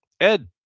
Ed